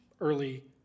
early